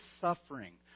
suffering